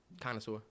Connoisseur